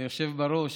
היושב בראש,